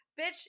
bitch